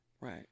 Right